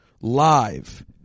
live